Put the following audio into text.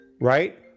right